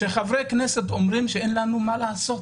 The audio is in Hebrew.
שחברי כנסת אומרים שאין לנו מה לעשות.